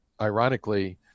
ironically